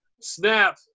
Snap